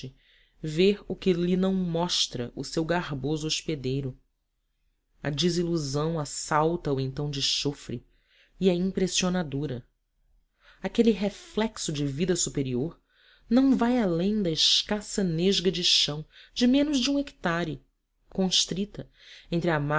ver o que lhe não mostra o seu garboso hospedeiro a desilusão assalta o então de chofre e é